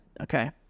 Okay